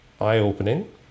eye-opening